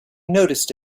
noticed